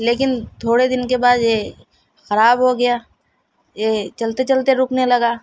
لیکن تھوڑے دن کے بعد یہ خراب ہو گیا یہ چلتے چلتے رکنے لگا